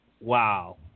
wow